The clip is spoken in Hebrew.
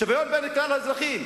שוויון בין כלל האזרחים,